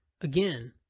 again